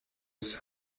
his